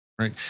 right